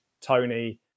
Tony